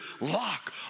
lock